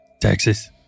Texas